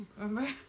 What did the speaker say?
Remember